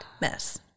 mess